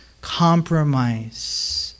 compromise